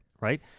Right